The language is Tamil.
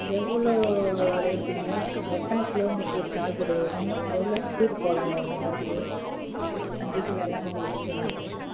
எவ்வளோ ரேட்டுங்க எத்தனை கிலோ மீட்ரு சார்ஜர் வரும் எவ்வளோ ஸ்பீடு போகலாங்க ஒன் ஹவர்க்கு அந்த டீட்டைல் எல்லாம் எங்களுக்கு சொல்லுங்கள் சார்